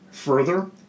Further